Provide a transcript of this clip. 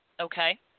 okay